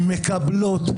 שמקבלות,